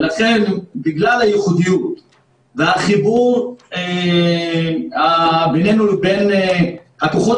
ולכן בגלל הייחודיות והחיבור בינינו לבין הכוחות